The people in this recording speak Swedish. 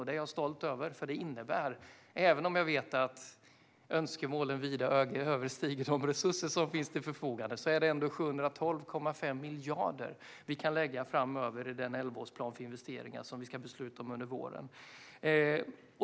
Det är jag stolt över, även om jag vet att önskemålen vida överstiger de resurser som finns till förfogande. Det är ändå 712,5 miljarder vi framöver kan lägga i den elvaårsplan för investeringar som vi ska besluta om under våren.